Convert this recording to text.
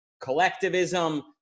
Collectivism